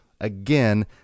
again